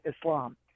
Islam